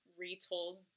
retold